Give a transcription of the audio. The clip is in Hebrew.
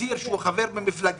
כי הציבור שלו בחר בו.